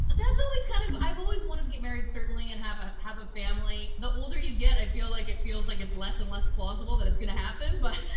but that's always kind of, i've always wanted to get married certainly and have ah have a family. the older you get, i feel like you feel like it's less and less plausible that it's gonna happen but